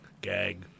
gag